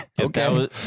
okay